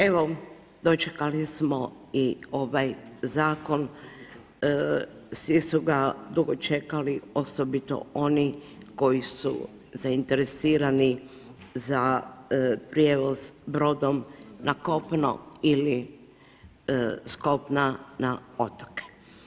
Evo, dočekali smo i ovaj zakon, svi su ga dugo čekali osobito oni koji su zainteresirani za prijevoz brodom na kopno ili s kopna na otoke.